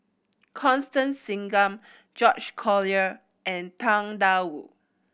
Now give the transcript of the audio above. Constance Singam George Collyer and Tang Da Wu